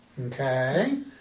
Okay